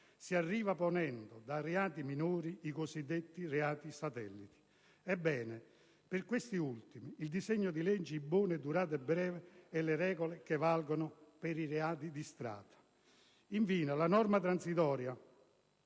si arriva partendo da reati minori, i cosiddetti reati satellite; ebbene, per questi ultimi, il disegno di legge impone durata breve e le regole che valgono per i reati di strada. Infine, la richiesta